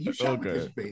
Okay